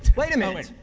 wait a minute.